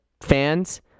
fans